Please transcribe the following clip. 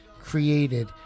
created